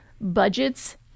budgets